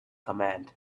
command